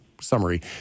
summary